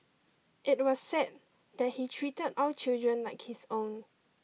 it was said that he treated all children like his own